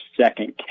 second